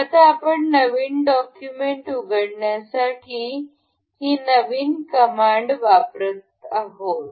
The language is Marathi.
आता आपण नवीन डॉक्युमेंट उघडण्यासाठी आपण ही नवीन कमांड वापरत आहोत